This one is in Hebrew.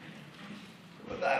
בוודאי.